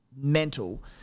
mental